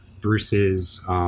Bruce's